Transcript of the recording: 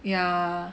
yeah